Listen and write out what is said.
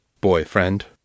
Boyfriend